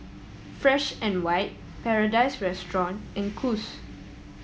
Fresh and White Paradise Restaurant and Kose